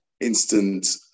instant